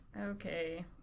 Okay